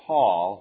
Paul